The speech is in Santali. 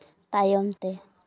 ᱛᱟᱭᱚᱢ ᱛᱮ